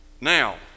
Now